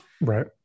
Right